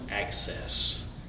access